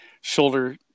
shoulder